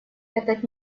этот